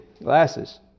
glasses